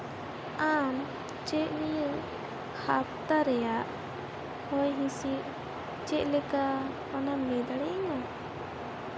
ᱟᱢ ᱪᱮᱫ ᱱᱤᱭᱟᱹ ᱦᱟᱯᱛᱟ ᱨᱮᱭᱟᱜ ᱦᱚᱭᱼᱦᱤᱸᱥᱤᱫ ᱪᱮᱫ ᱞᱮᱠᱟ ᱚᱱᱟᱢ ᱞᱟᱹᱭ ᱫᱟᱲᱮᱭᱤᱧᱟ